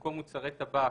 במקום "מוצרי טבק